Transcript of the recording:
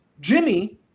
Jimmy